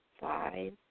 five